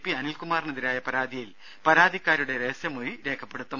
P അനിൽകുമാറിനെതിരായ പരാതിയിൽ പരാതിക്കാരിയുടെ രഹസ്യമൊഴി രേഖപ്പെടുത്തും